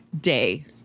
day